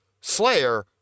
Slayer